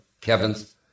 Kevin's